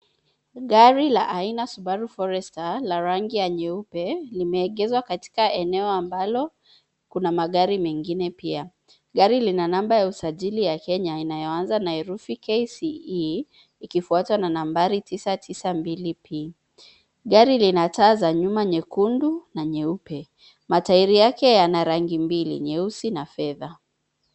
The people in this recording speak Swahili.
Gari la aina Subaru Forester la rangi ya nyeupe, limeegezwa katika eneo ambalo kuna magari mengine pia. Gari lina namba ya usajili ya Kenya inayoanza na herufi, KCE ikifuatwa na nambari 992P. Gari lina taa za nyuma nyekundu na nyeupe. Matairi yake yana rangi mbili, nyeusi na fedha.